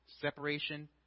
Separation